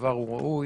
הדבר הוא ראוי.